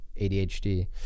adhd